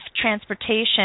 transportation